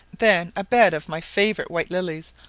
then a bed of my favourite white lilies,